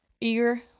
eager